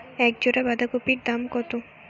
এক জোড়া বাঁধাকপির দাম কত?